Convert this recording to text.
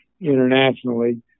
internationally